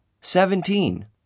Seventeen